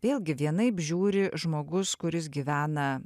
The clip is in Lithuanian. vėlgi vienaip žiūri žmogus kuris gyvena